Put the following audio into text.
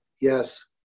yes